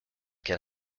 can